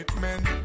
men